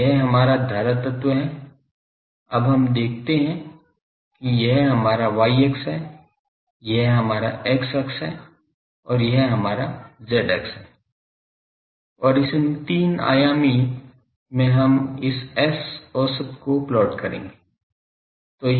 तो यह हमारा धारा तत्व है अब हम देखते हैं कि यह हमारा y अक्ष है यह हमारा x अक्ष है यह हमारा z अक्ष है और इस तीन आयामी में हम इस S औसत को प्लॉट करेंगे